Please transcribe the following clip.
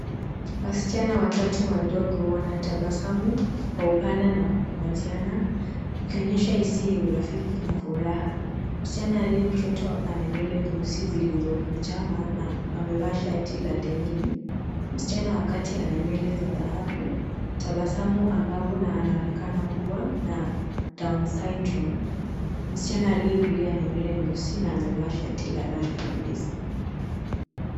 Wasichana watatu wadogo wanatabasamu kwa upana na kukumbatiana ikionyesha hisia ya urafiki na furaha. Msichana aliye kushoto ana nywele nyeusi zilizokunjama na amevaa shati la denim , msichana wa kati ana nywele za dhahabu, tabasamu angavu na anaonekana kuwa na Down Syndrome . Msichana aliyekulia ana nywele nyeusi na amevaa shati la rangi nyepesi.